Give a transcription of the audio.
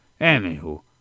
Anywho